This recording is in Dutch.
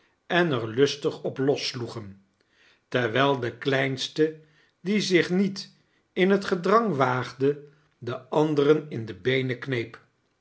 en er lustig op lossloegen terwijl de kleinste die zich niet in het gedrang waagde de anderen in de beenen kneep